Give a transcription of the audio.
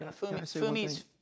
Fumi's